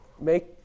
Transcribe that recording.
make